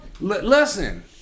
listen